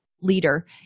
leader